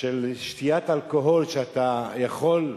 של שתיית אלכוהול, שאתה יכול,